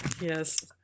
Yes